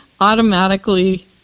automatically